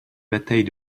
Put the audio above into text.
bataille